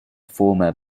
former